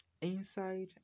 inside